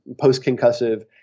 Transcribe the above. post-concussive